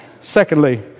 Secondly